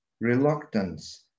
reluctance